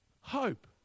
hope